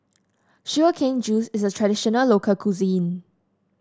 Sugar Cane Juice is a traditional local cuisine